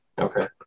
Okay